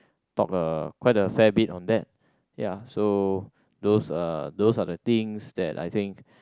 talk a quite a fair bit on that ya so those uh those are the things that I think